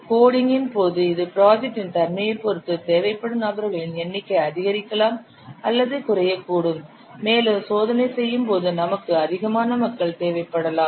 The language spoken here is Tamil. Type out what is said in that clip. கோடிங் இன் போது இது ப்ராஜெக்டின் தன்மையைப் பொறுத்து தேவைப்படும் நபர்களின் எண்ணிக்கை அதிகரிக்கலாம் அல்லது குறையக்கூடும் மேலும் சோதனை செய்யும்போது நமக்கு அதிகமான மக்கள் தேவைப்படலாம்